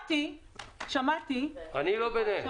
אני לא ביניהם.